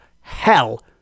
hell